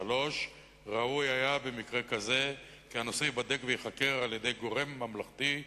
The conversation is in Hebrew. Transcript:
3. ראוי היה במקרה כזה כי הנושא ייבדק וייחקר על-ידי גורם ממלכתי,